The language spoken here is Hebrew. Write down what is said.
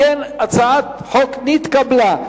אם כן, הצעת החוק נתקבלה.